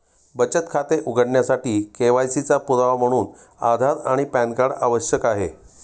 बचत खाते उघडण्यासाठी के.वाय.सी चा पुरावा म्हणून आधार आणि पॅन कार्ड आवश्यक आहे